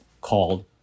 called